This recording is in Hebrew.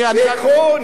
ייקחו.